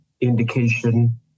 indication